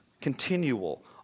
continual